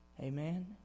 Amen